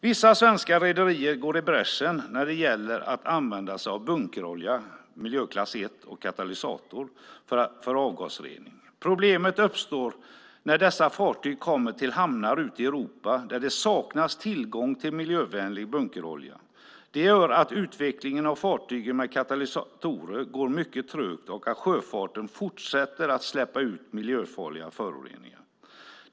Vissa svenska rederier går i bräschen när det gäller att använda sig av bunkerolja miljöklass 1 och katalysator för avgasrening. Problem uppstår när dessa fartyg kommer till hamnar ute i Europa där det saknas tillgång till miljövänlig bunkerolja. Det gör att utvecklingen av fartyg med katalysatorer går mycket trögt och att sjöfarten fortsätter att släppa ut miljöfarliga föroreningar.